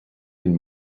den